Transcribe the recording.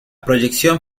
proyección